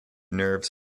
nerves